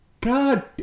God